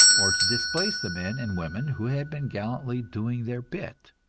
or to displace the men and women who had been gallantly doing their bit.